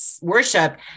worship